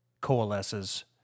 coalesces